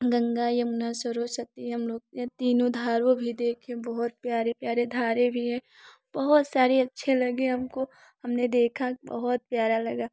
गंगा यमुना सरस्वती हम लोग ये तीनों धारों भी देखे बहुत प्यारे प्यारे धारे भी हैं बहुत सारी अच्छे लगे हमको हमने देखा बहुत प्यारा लगा